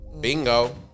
Bingo